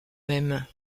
même